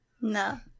No